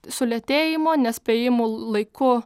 sulėtėjimo nespėjimu laiku